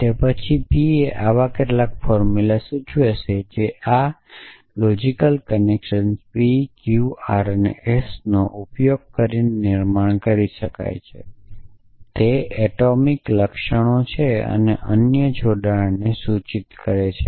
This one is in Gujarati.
તે પછી p એ આવા કેટલાક ફોર્મ્યુલા સૂચવે છે જે આ logical connectives p q r અને s નો ઉપયોગ કરીને નિર્માણ કરી શકાય છે અને તે એટોમિક લક્ષણો છે અને અન્ય જોડાણને સૂચિત કરે છે